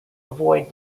avoid